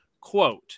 quote